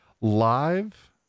live